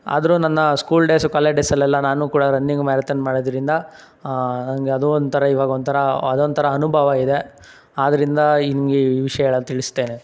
ಆದರು ನನ್ನ school days college ಡೇಸಲ್ಲೆಲ್ಲ ನಾನು ಕೂಡ ರನ್ನಿಂಗು ಮ್ಯಾರತನ್ ಮಾಡಿದರಿಂದ ನನಗೆ ಅದು ಒಂಥರ ಇವಾಗ ಒಂಥರಾ ಅದೊಂಥರ ಅನುಭವ ಇದೆ ಆದ್ದರಿಂದ ಹಿಂಗ್ ಈ ವಿಷ್ಯಗಳನ್ ತಿಳಿಸ್ತೇನೆ